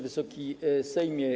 Wysoki Sejmie!